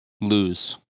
lose